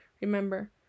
remember